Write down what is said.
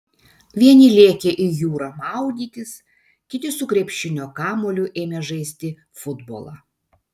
vieni lėkė į jūrą maudytis kiti su krepšinio kamuoliu ėmė žaisti futbolą